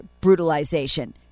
brutalization